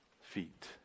feet